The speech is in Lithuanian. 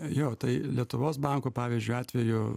jo tai lietuvos banko pavyzdžiui atveju